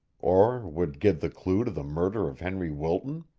or would give the clue to the murder of henry wilton?